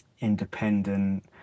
independent